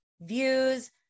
views